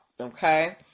okay